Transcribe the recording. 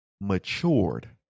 matured